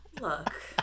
Look